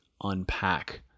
unpack